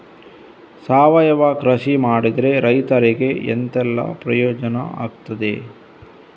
ಸಾವಯವ ಕೃಷಿ ಮಾಡಿದ್ರೆ ರೈತರಿಗೆ ಎಂತೆಲ್ಲ ಪ್ರಯೋಜನ ಆಗ್ತದೆ?